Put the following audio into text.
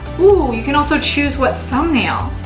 you can also choose what thumbnail,